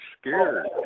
scared